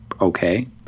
okay